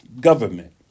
government